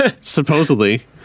Supposedly